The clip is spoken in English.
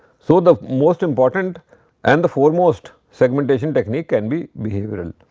sort of most important and the foremost segmentation technique can be behavioral.